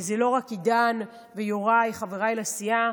זה לא רק עידן ויוראי חבריי לסיעה,